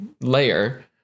layer